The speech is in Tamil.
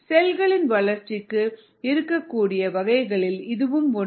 செல்களின் வளர்ச்சிக்கு இருக்கக்கூடிய வகைகளில் இதுவும் ஒன்று